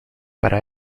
para